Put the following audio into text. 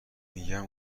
میگم